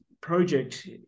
project